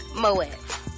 Moet